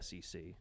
sec